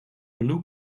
blue